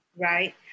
right